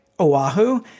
Oahu